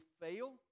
fail